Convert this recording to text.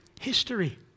history